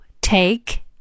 take